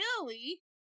Billy